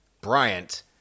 Bryant